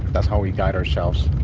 that's how we guide ourselves.